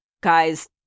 guy's